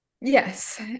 yes